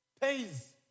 pays